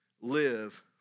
live